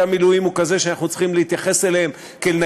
המילואים הוא כזה שאנחנו צריכים להתייחס אליהם כאל,